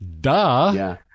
Duh